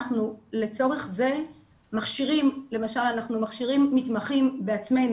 לצורך זה אנחנו מכשירים מתמחים בעצמנו,